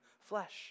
flesh